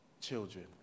children